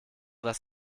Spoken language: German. das